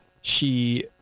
she-